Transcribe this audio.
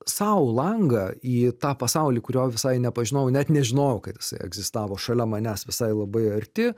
sau langą į tą pasaulį kurio visai nepažinojau net nežinojau kad jisai egzistavo šalia manęs visai labai arti